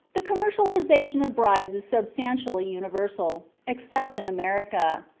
the commercialization of brides is substantially universal, except in america.